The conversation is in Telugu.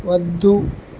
వద్దు